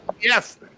Yes